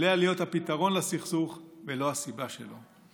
עליה להיות הפתרון לסכסוך ולא הסיבה לו.